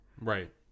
Right